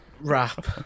rap